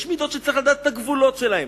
יש מידות שצריך לדעת את הגבולות שלהן.